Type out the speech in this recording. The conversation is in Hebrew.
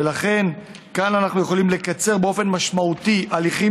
ולכן כאן אנחנו יכולים לקצר באופן משמעותי הליכים